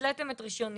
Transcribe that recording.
התליתם את רישיוני,